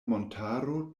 montaro